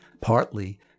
partly